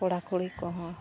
ᱠᱚᱲᱟ ᱠᱩᱲᱤ ᱠᱚᱦᱚᱸ